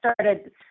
started